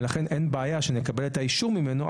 ולכן אין בעיה שנקבל את האישור ממנו,